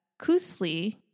Kusli